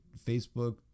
Facebook